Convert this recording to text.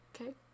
okay